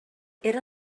era